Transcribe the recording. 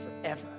forever